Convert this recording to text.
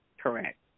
Correct